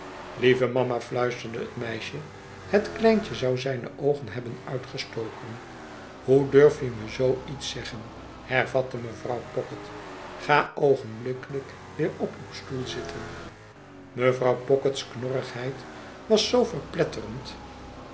lieve mama fluisterde het meisje het kleintje zou zijne oogen hebben uitgestoken hoe durf je me zoo iets zeggen hervatte mevrouw pocket ga oogenblikkelijk weer op uw stoel zitten mevrouw pocket's knorrigheid was zoo verpletterend